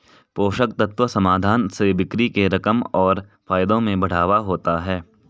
पोषक तत्व समाधान से बिक्री के रकम और फायदों में बढ़ावा होता है